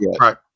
right